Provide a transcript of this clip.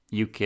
uk